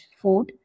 food